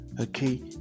okay